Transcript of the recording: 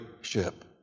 ship